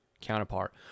counterpart